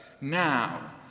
Now